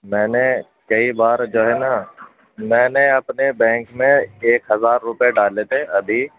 میں نے کئی بار جو ہے نا میں نے اپنے بینک میں ایک ہزار روپے ڈالے تھے ابھی